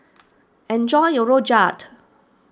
enjoy your Rojak